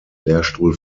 lehrstuhl